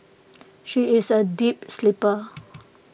she is A deep sleeper